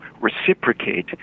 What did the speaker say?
reciprocate